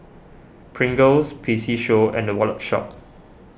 Pringles P C Show and the Wallet Shop